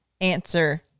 answer